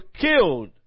killed